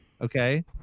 Okay